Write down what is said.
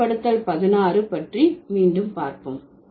பொதுமைப்படுத்தல் பதினாறு பற்றி மீண்டும் பார்ப்போம்